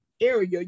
area